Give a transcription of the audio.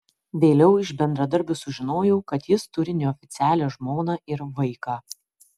vėliau iš bendradarbių sužinojau kad jis turi neoficialią žmoną ir vaiką